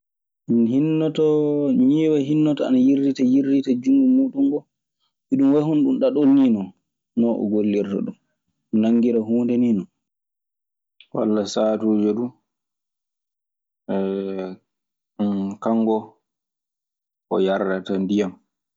Ɗun hinnoto, ñiiwa hinnoto ana yirlita yirlita junngo muuɗun ngoo. Iɗun wayi hono ɗun ɗaɗol nii non. Noon o gollirta ɗun, nanngira huunde nii non. Walla saatuuje du kango o yardata ndiyan.